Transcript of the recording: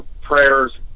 prayers